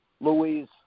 Louise